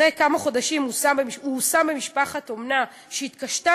אחרי כמה חודשים הוא הושם במשפחת אומנה שהתקשתה